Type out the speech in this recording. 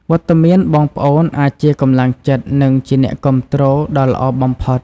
វត្តមានបងប្អូនអាចជាកម្លាំងចិត្ត និងជាអ្នកគាំទ្រដ៏ល្អបំផុត។